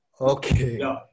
Okay